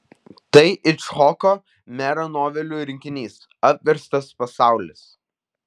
tai icchoko mero novelių rinkinys apverstas pasaulis